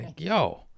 yo